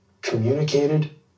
communicated